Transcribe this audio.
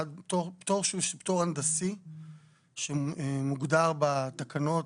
פטור הנדסי שמוגדר בתקנות,